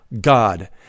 god